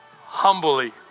Humbly